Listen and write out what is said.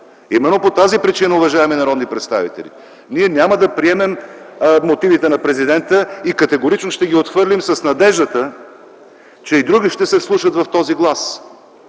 Именно поради тази причина, уважаеми народни представители, ние няма да приемем мотивите на президента и категорично ще ги отхвърлим с надеждата, че и други ще се вслушат в този глас,